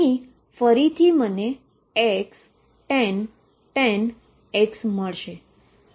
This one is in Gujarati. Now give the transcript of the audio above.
અહીં ફરીથી મને Xtan X મળશે